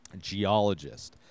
geologist